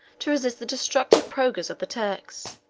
to resist the destructive progress of the turks.